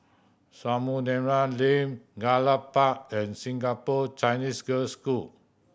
Samudera Lane Gallop Park and Singapore Chinese Girls' School